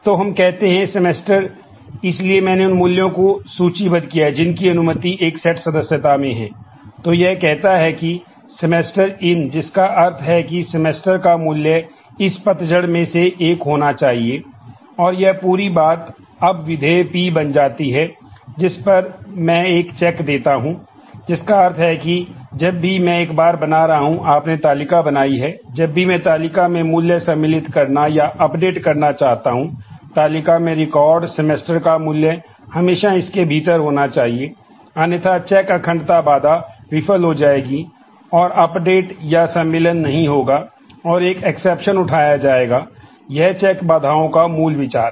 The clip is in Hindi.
तो हम कहते हैं कि सेमेस्टर इन बाधाओं का मूल विचार है